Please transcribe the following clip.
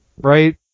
right